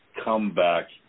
comeback